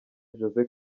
jose